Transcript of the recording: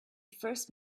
first